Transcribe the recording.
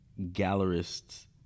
gallerists